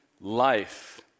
life